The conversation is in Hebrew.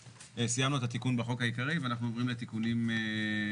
סיימנו את התיקון בחוק העיקרי ואנחנו עוברים לתיקונים עקיפים.